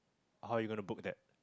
how you gonna book there